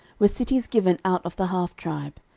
were cities given out of the half tribe,